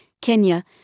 Kenya